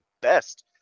best